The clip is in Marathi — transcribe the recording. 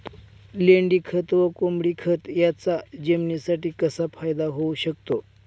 लेंडीखत व कोंबडीखत याचा जमिनीसाठी कसा फायदा होऊ शकतो?